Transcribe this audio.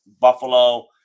Buffalo